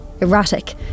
erratic